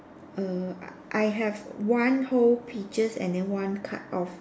err I I have one whole peaches and then one cut off